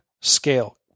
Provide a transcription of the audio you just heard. scale